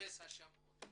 מחפש אשמים.